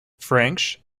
french